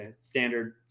standard